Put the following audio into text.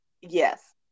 Yes